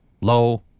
low